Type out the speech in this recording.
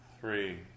three